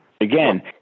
again